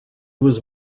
was